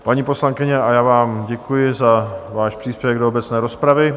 Paní poslankyně, já vám děkuji za váš příspěvek do obecné rozpravy.